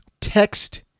text